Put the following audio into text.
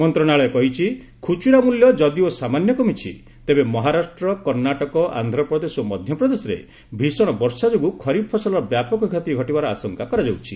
ମନ୍ତ୍ରଣାଳୟ କହିଛି ଖୁଚୁରା ମୂଲ୍ୟ ଯଦିଓ ସାମାନ୍ୟ କମିଛି ତେବେ ମହାରାଷ୍ଟ୍ର କର୍ଷାଟକ ଆନ୍ଧ୍ରପ୍ରଦେଶ ଓ ମଧ୍ୟପ୍ରଦେଶରେ ଭୀଷଣ ବର୍ଷା ଯୋଗୁଁ ଖରିଫ୍ ଫସଲର ବ୍ୟାପକ କ୍ଷତି ଘଟିବାର ଆଶଙ୍କା କରାଯାଉଛି